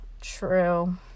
True